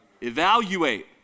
Evaluate